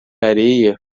areia